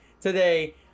Today